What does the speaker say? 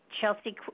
Chelsea